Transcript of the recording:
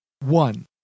One